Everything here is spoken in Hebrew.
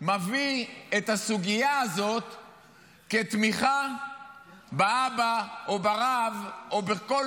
מביא את הסוגיה הזאת כתמיכה באבא, או ברב, או בכל